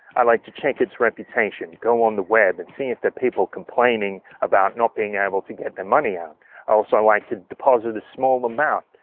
i like to check its reputation, go on the web and see if there are people complaining about not being able to get their money out i also like to deposit a small amount,